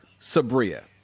Sabria